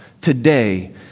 today